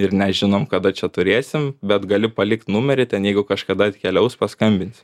ir nežinom kada čia turėsim bet gali palikt numerį ten jeigu kažkada atkeliaus paskambins